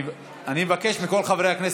אני מבקש מכל חברי הכנסת,